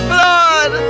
Blood